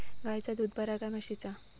गायचा दूध बरा काय म्हशीचा?